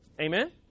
Amen